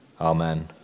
Amen